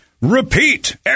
repeat